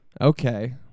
Okay